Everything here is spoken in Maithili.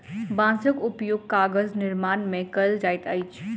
बांसक उपयोग कागज निर्माण में कयल जाइत अछि